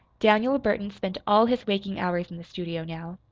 daniel burton spent all his waking hours in the studio now.